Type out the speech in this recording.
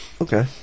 okay